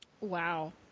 Wow